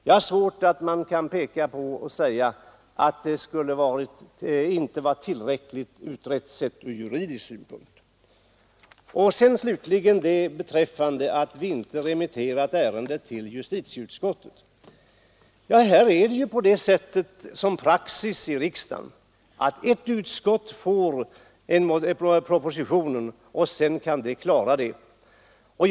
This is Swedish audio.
Jag har svårt att förstå att man kan säga att frågan inte skulle vara tillräckligt utredd från juridisk synpunkt sett. Man har också anmärkt på att vi inte remitterat ärendet till justitieutskottet. Ja, praxis i riksdagen är ju att ett utskott får ifrågavarande proposition, och sedan kan det utskottet klara saken.